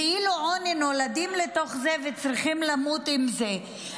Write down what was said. כאילו נולדים לתוך זה וצריכים למות עם זה.